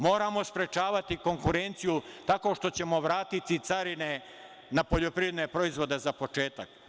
Moramo sprečavati konkurenciju tako što ćemo vratiti carine na poljoprivredne proizvode, za početak.